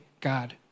God